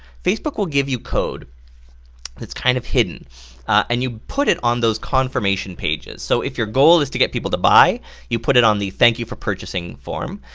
facebook will give you code that's kind of hidden and you put it on those confirmation pages. so if your goal is to get people to buy you put it on the thank you for purchasing form,